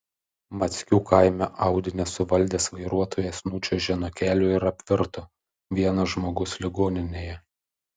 mackių kaime audi nesuvaldęs vairuotojas nučiuožė nuo kelio ir apvirto vienas žmogus ligoninėje